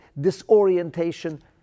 disorientation